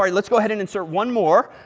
um let's go ahead and insert one more.